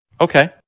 Okay